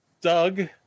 doug